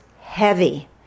heavy